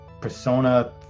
persona